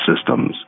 systems